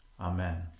Amen